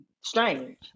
strange